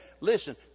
Listen